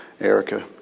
Erica